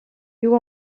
you